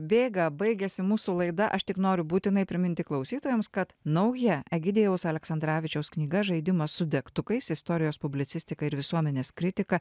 bėga baigiasi mūsų laida aš tik noriu būtinai priminti klausytojams kad nauja egidijaus aleksandravičiaus knyga žaidimas su degtukais istorijos publicistika ir visuomenės kritika